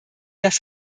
das